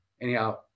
Anyhow